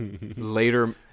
later